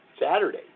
Saturday